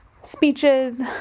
speeches